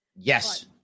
Yes